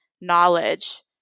knowledge